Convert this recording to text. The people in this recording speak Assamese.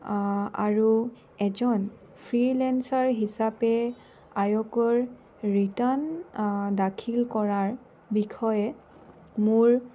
আৰু এজন ফ্ৰীলেঞ্চাৰ হিচাপে আয়কৰ ৰিটাৰ্ণ দাখিল কৰাৰ বিষয়ে মোৰ